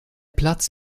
platz